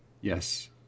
Yes